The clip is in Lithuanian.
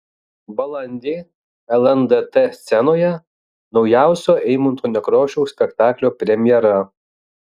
balandį lndt scenoje naujausio eimunto nekrošiaus spektaklio premjera